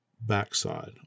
backside